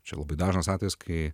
čia labai dažnas atvejis kai